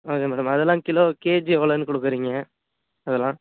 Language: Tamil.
ஓகே மேடம் அதெல்லாம் கிலோ கேஜி எவ்வளோன்னு கொடுக்கறீங்க அதெலாம்